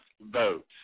vote